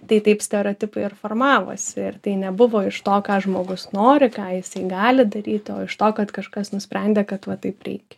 tai taip stereotipai ir formavosi ir tai nebuvo iš to ką žmogus nori ką jisai gali daryti o iš to kad kažkas nusprendė kad va taip reikia